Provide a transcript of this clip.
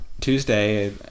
Tuesday